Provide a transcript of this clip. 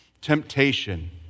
temptation